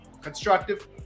constructive